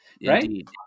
Indeed